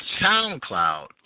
SoundCloud